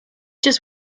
just